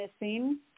missing